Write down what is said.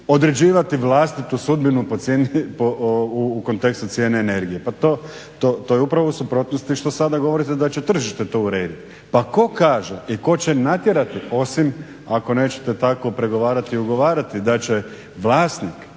određivati vlastitu sudbinu u kontekstu cijene energije. Pa to je upravo u suprotnosti što sada govorite da će tržište to urediti. Pa tko kaže i tko će natjerati osim ako nećete tako pregovarati i ugovarati da će vlasnik